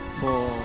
four